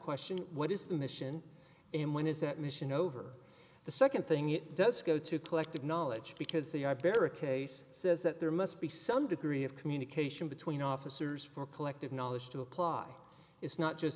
question what is the mission and when is that mission over the second thing it does go to collective knowledge because the i bear it case says that there must be some degree of communication between officers for collective knowledge to apply it's not just